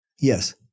Yes